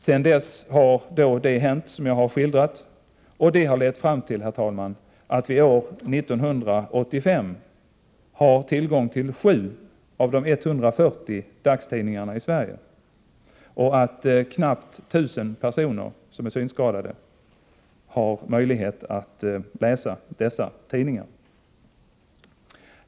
Sedan dess har då det hänt som jag har skildrat, och det harlett fram till att vi år 1985 har tillgång till 7 av de 140 dagstidningarna i Sverige och att knappt tusen personer som är synskadade har möjlighet att läsa dessa tidningar.